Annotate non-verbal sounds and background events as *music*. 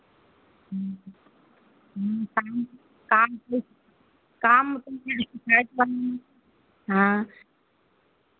काम काम *unintelligible* काम तो *unintelligible* शिकायत करनी हाँ